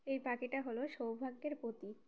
এই পাখিটা হলো সৌভাগ্যের প্রতীক